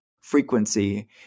frequency